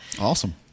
Awesome